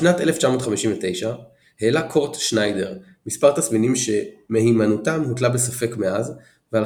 בשנת 1959 העלה קורט שניידר מספר תסמינים שמהימנותם הוטלה בספק מאז ועל